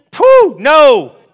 No